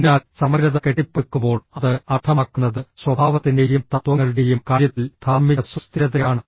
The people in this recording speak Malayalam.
അതിനാൽ സമഗ്രത കെട്ടിപ്പടുക്കുമ്പോൾ അത് അർത്ഥമാക്കുന്നത് സ്വഭാവത്തിന്റെയും തത്വങ്ങളുടെയും കാര്യത്തിൽ ധാർമ്മിക സുസ്ഥിരതയാണ്